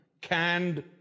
canned